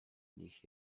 nich